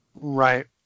Right